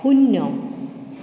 শূন্য